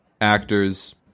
Actors